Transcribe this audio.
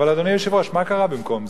אבל, אדוני היושב-ראש, מה קרה במקום זה?